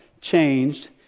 Changed